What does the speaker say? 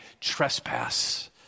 trespass